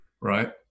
right